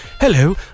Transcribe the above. hello